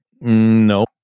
No